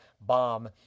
bomb